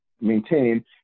maintain